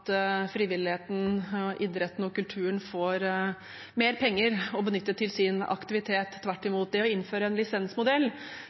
frivilligheten, idretten og kulturen får mer penger å benytte til sin aktivitet, tvert